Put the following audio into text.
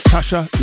Tasha